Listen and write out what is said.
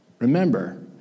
Remember